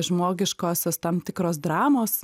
žmogiškosios tam tikros dramos